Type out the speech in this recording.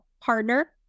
Partner